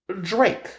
Drake